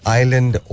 island